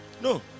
No